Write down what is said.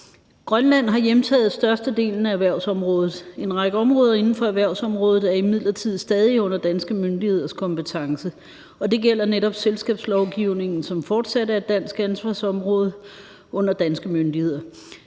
Grønland har hjemtaget størstedelen af erhvervsområdet. En række områder inden for erhvervsområdet er imidlertid stadig under danske myndigheders kompetence, og det gælder netop selskabslovgivningen, som fortsat er et dansk ansvarsområde under danske myndigheder.